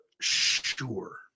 sure